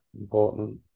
important